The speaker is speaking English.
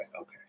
okay